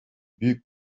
büyük